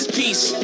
peace